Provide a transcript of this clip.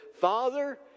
Father